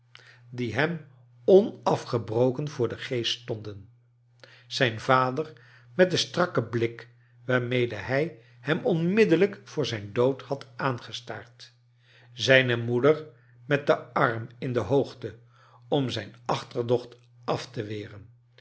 die hem onafgebroken voor den geest stonden zijn vader met den strakken blik waarmede hij hem onmiddelijk voor zijn dood had aangestaard zijne moeder met den arm in de hoogte om zijn achterdocht af te weren